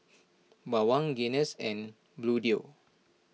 Bawang Guinness and Bluedio